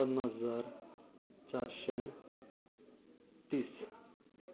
पन्नास हजार चारशें तीस